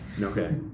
Okay